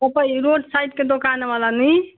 तपाईँ रोड साइडको दोकानवाला नि